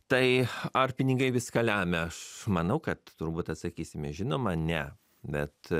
tai ar pinigai viską lemia aš manau kad turbūt atsakysime žinoma ne bet